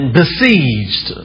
besieged